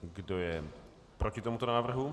Kdo je proti tomuto návrhu?